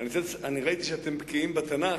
ראיתי שאתם בקיאים בתנ"ך,